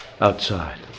outside